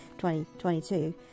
2022